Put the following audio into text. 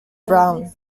brown